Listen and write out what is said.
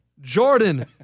Jordan